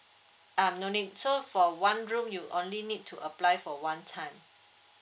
um no need so for one room you only need to apply for one time